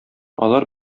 алар